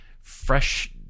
fresh